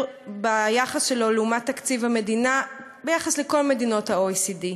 ביחס שלו לעומת תקציב המדינה ביחס לכל מדינות ה-OECD.